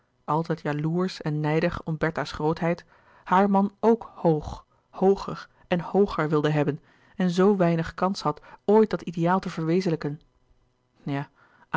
altijd jaloersch en nijdig om bertha's grootheid haar man ook hoog hooger en hooger wilde hebben en zoo weinig kans had ooit dat ideaal te verwezenlijken ja